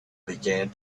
began